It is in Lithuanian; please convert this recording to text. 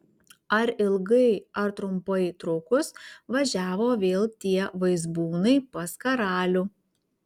ar ilgai ar trumpai trukus važiavo vėl tie vaizbūnai pas karalių